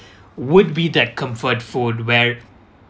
would be that comfort food where